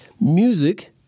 music